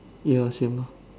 ya same ah